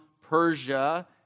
Persia